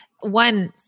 one